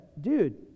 dude